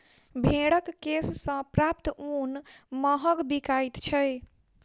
भेंड़क केश सॅ प्राप्त ऊन महग बिकाइत छै